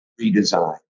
redesign